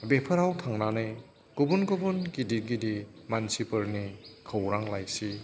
बेफोराव थांनानै गुबुन गुबुन गिदिर गिदिर मानसिफोरनि खौरां लाइसि